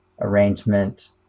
arrangement